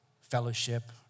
fellowship